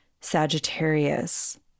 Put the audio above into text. Sagittarius